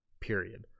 period